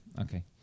Okay